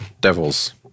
devils